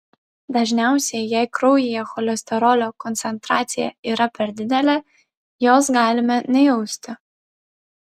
dažniausiai jei kraujyje cholesterolio koncentracija yra per didelė jos galime nejausti